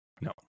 No